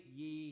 ye